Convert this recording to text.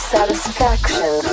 Satisfaction